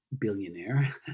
billionaire